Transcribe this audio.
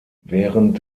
während